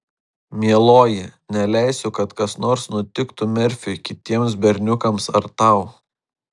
mieloji neleisiu kad kas nors nutiktų merfiui kitiems berniukams ar tau